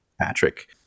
Patrick